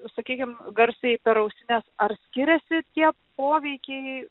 sakykim garsiai per ausines ar skiriasi tie poveikiai